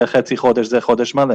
זה חצי חודש וזה חודש מלא